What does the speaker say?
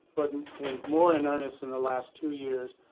but and and more in earnest in the last two years,